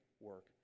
work